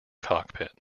cockpit